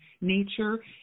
nature